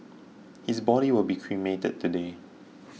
his body will be cremated today